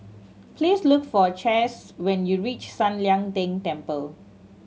please look for Chace when you reach San Lian Deng Temple